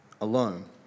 alone